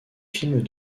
films